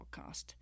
podcast